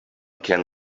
can